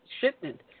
shipment